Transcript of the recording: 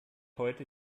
heute